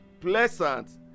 pleasant